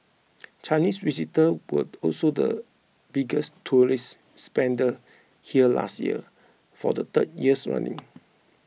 Chinese visitors were also the biggest tourist spenders here last year for the third years running